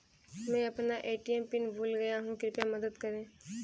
मैं अपना ATM PIN भूल गया हूँ, कृपया मदद करें